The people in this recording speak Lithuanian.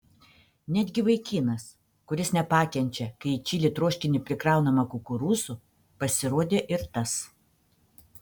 netgi vaikinas kuris nepakenčia kai į čili troškinį prikraunama kukurūzų pasirodė ir tas